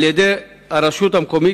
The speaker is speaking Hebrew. על-ידי הרשות המקומית,